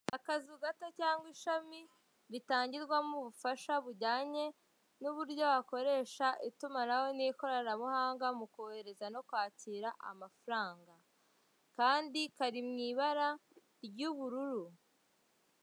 akazu gato cyangwa ishami ritangirwamo ubufasha bujyanye n'uburyo wakoresha itumanaho nikoranabuhanga, mukohereza no kwakira amafaranga kandi kari mwibara ry'ubururu.